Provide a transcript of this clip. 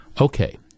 Okay